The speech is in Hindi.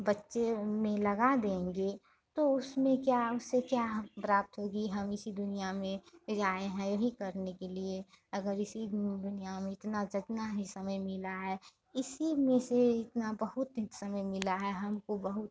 बच्चे ओ में लगा देंगे तो उसमें क्या उससे क्या हम प्राप्त होगी हम इसी दुनिया में ये जो आए हैं यही करने के लिए अगर इसी दुनिया में इतना जितना ही समय मिला है इसी में से इतना बहुत ही समय मिला है हमको बहुत